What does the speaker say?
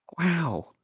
wow